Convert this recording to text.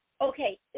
Okay